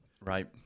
Right